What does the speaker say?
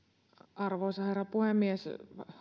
arvoisa herra puhemies